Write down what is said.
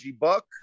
Buck